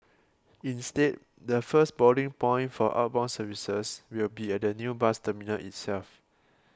instead the first boarding point for outbound services will be at the new bus terminal itself